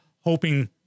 hoping